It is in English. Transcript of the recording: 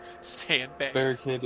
sandbags